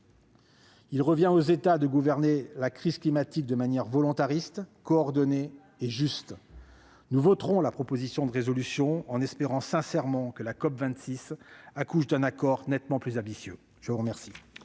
Il revient aux États de gouverner la crise climatique de manière volontariste, coordonnée et juste. Nous voterons la proposition de résolution en espérant sincèrement que la COP26 accouche d'un accord nettement plus ambitieux. La parole